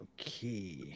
Okay